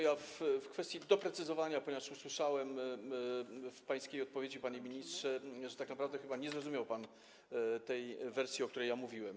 Ja w kwestii doprecyzowania, ponieważ usłyszałem w pańskiej odpowiedzi, panie ministrze, że tak naprawdę chyba nie zrozumiał pan, o jakiej wersji ja mówiłem.